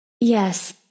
Yes